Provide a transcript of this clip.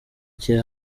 cye